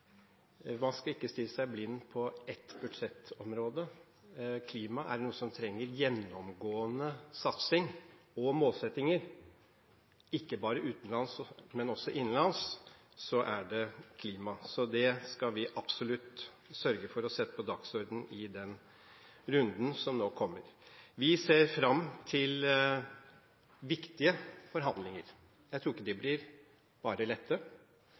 man skal ikke stirre seg blind på ett budsjettområde. Er det noe som trenger gjennomgående satsing og målsettinger ikke bare utenlands, men også innenlands, er det klima. Så det skal vi absolutt sørge for å sette på dagsordenen i den runden som nå kommer. Vi ser fram til viktige forhandlinger. Jeg tror ikke de blir bare lette.